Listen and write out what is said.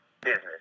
business